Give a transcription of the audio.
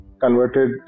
converted